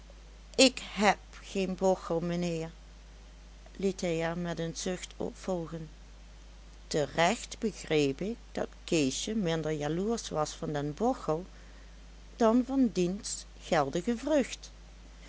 ik heb geen bochel meheer liet hij er met een zucht op volgen terecht begreep ik dat keesje minder jaloersch was van den bochel dan van diens geldige vrucht